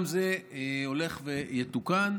גם זה הולך ויתוקן.